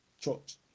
church